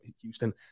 Houston